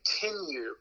continue